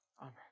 Amen